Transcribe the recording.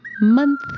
month